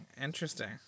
Interesting